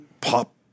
pop